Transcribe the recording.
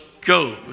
go